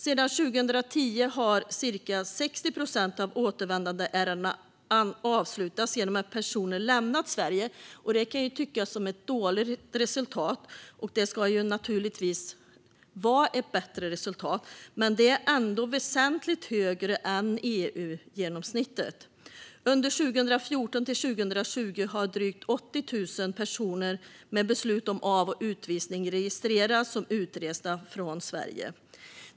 Sedan 2010 har ca 60 procent av återvändandeärendena avslutats genom att personer har lämnat Sverige. Det kan tyckas vara ett dåligt resultat, och resultatet ska naturligtvis vara bättre, men det är ändå en väsentligt högre nivå än EU-genomsnittet. Under 2014-2020 har drygt 80 000 personer med beslut om av eller utvisning registrerats som utresta från Sverige.